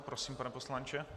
Prosím, pane poslanče.